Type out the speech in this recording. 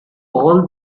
all